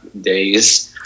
days